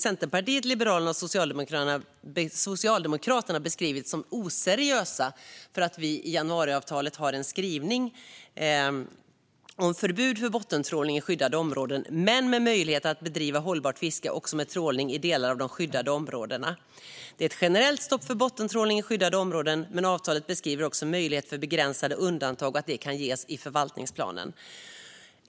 Centerpartiet, Liberalerna och Socialdemokraterna har beskrivits som oseriösa därför att vi i januariavtalet har en skrivning om förbud för bottentrålning i skyddade områden men med möjlighet att bedriva hållbart fiske också med trålning i delar av de skyddade områdena. Det är fråga om ett generellt stopp för bottentrålning i skyddade områden, men avtalet beskriver också en möjlighet för att begränsade undantag kan ges i förvaltningsplanen.